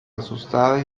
asustada